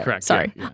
Sorry